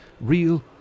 real